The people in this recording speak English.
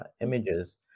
images